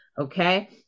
Okay